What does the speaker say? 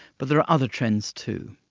but there are other trends too.